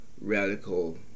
radical